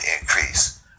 increase